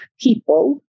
people